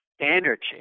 energy